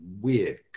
weird